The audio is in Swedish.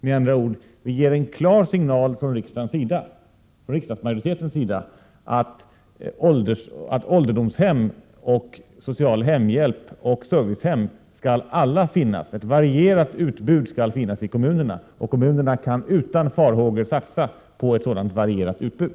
Med andra ord: vi ger en klar signal från riksdagsmajoritetens sida, att ålderdomshem, social hemhjälp och servicehem alla skall finnas, och kommunerna kan utan farhågor satsa på ett sådant varierat utbud.